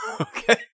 okay